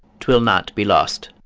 twill not be lost.